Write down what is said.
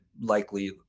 likely